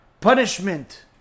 punishment